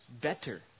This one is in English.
better